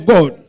God